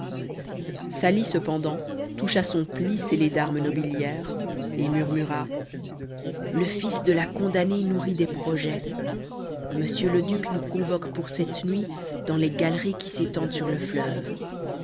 sali cependant toucha son pli scellé d'armes nobiliaires et murmura le fils de la condamnée nourrit des projets m le duc nous convoque pour cette nuit dans les galeries qui s'étendent sur le fleuve